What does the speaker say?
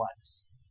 lives